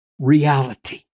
reality